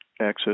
access